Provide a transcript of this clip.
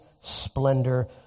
splendor